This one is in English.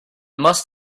must